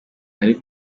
nari